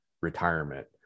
retirement